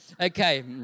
Okay